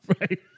Right